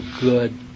good